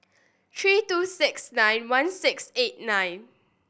three two six nine one six eight nine